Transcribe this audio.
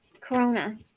corona